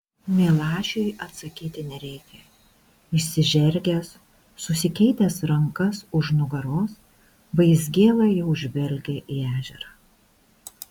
milašiui atsakyti nereikia išsižergęs susikeitęs rankas už nugaros vaizgėla jau žvelgia į ežerą